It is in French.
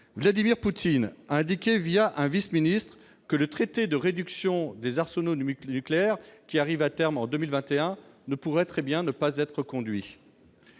Vladimir Poutine a indiqué un vice-ministre que le traité de réduction des arsenaux nucléaires, qui arrive à terme en 2021, pourrait ne pas être reconduit.